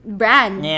brand